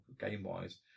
game-wise